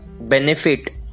benefit